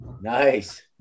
nice